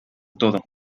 todo